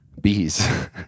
bees